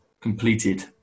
completed